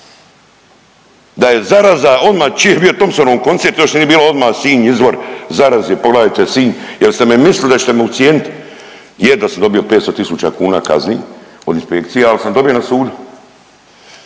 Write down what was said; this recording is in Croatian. da je zaraza odma čim je bio Thompsonov koncert, još nije ni bio odma Sinj izvor zaraze, pogledajte Sinj jer ste mislili da ćete me ucijenit. Je da sam dobio 500 tisuća kuna kazni od inspekcija, al sam dobio na sudu